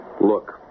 look